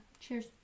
Cheers